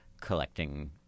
collecting